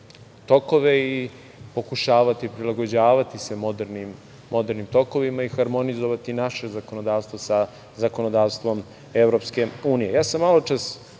tokove i pokušavati prilagođavati se modernim tokovima i harmonizovati naše zakonodavstvo sa zakonodavstvom EU.Maločas